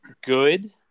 good